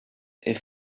est